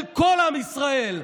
של כל עם ישראל.